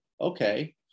okay